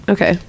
Okay